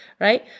Right